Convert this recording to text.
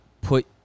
put